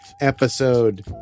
episode